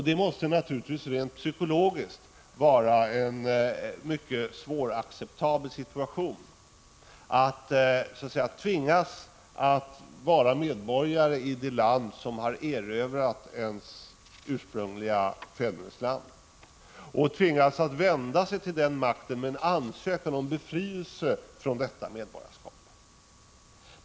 Det måste naturligtvis rent psykologiskt vara en mycket svåracceptabel situation att tvingas vara medborgare i det land som har erövrat ens ursprungliga fädernesland och att tvingas vända sig till den makten med en ansökan om befrielse från detta medborgarskap.